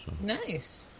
Nice